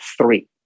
three